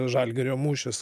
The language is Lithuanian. žalgirio mūšis